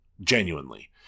Genuinely